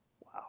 wow